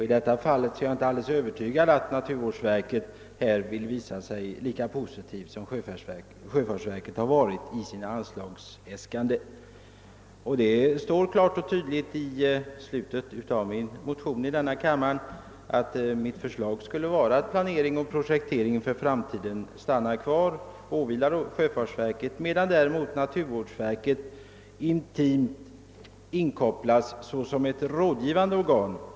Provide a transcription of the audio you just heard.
I detta fall är jag inte helt övertygad om att naturvårdsverket skall visa sig vara lika positivt som sjöfartsverket har varit i sina anslagsäskanden. I min motion anges klart och tydligt att planering och projektering även i fortsättningen skulle åvila sjöfartsverket, medan naturvårdsverket bör inkopplas såsom ett rådgivande organ.